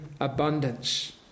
abundance